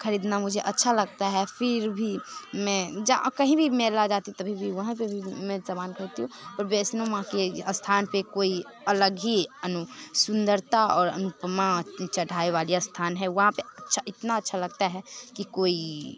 ख़रीदना मुझे अच्छा लगता है फिर भी मैं जा कहीं भी मेला जाती तभी भी वहाँ पर भी मैं समान ख़रीदती हूँ और वैष्णो माँ के स्थान पर कोई अलग ही अनु सुंदरता और अनुपमा चढ़ाई वाला अस्थन है वहाँ पर अच्छा इतना अच्छा लगता है कि कोई